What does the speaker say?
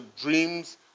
dreams